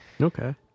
Okay